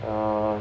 orh